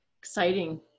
Exciting